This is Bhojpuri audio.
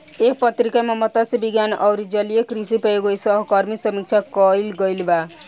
एह पत्रिका में मतस्य विज्ञान अउरी जलीय कृषि पर एगो सहकर्मी समीक्षा कईल गईल बा